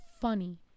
funny